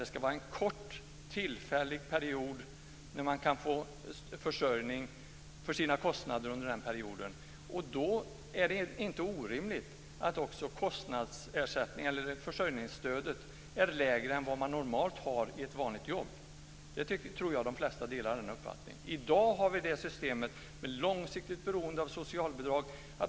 Man ska under en kort tillfällig period kunna få täckning för sina kostnader, och då är det inte orimligt att kostnadsersättningen eller försörjningsstödet är lägre än vad man normalt har i ett vanligt jobb. Jag tror att de flesta delar den uppfattningen. Vi har i dag ett system med ett långsiktigt beroende av socialbidrag.